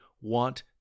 want